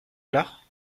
alors